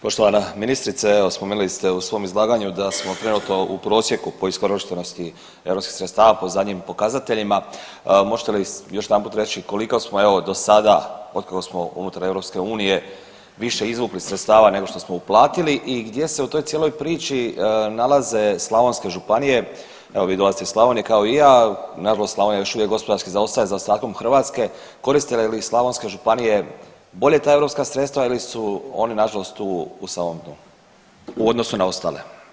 Poštovana ministrice evo spomenuli ste u svom izlaganju da smo trenutno u prosjeku po iskorišteno europskih sredstava po zadnjim pokazateljima, možete li još jedanput reći koliko smo evo dosada od kako smo unutar EU više izvukli sredstava nego što smo uplatili i gdje se u toj cijeloj priči nalaze slavonske županije, evo vi dolazite iz Slavonije kao i ja, nažalost Slavonija još uvijek gospodarski zaostaje za ostatkom Hrvatske, koriste li slavonske županije bolje ta europska sredstva ili su oni nažalost u … u odnosu na ostale.